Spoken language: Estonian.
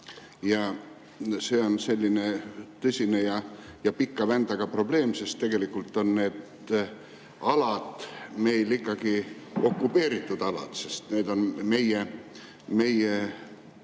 See on selline tõsine ja pika vändaga probleem, sest tegelikult on need alad meil ikkagi okupeeritud alad. Need on meie